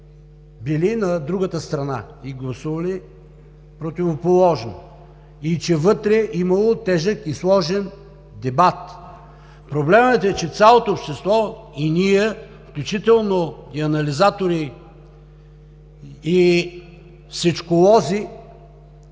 били на другата страна и гласували противоположно и че вътре имало тежък и сложен дебат. Проблемът е, че цялото общество и ние, включително и анализатори и всичколози,